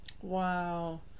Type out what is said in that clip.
Wow